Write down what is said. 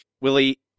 Willie